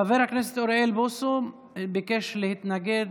חבר הכנסת אוריאל בוסו ביקש להתנגד